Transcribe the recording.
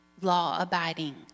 law-abiding